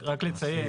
רק לציין,